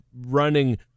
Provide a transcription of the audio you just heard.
running